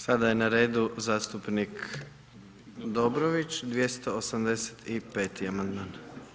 Sada je na redu zastupnik Dobrović, 285. amandman.